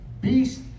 beast